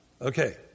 Okay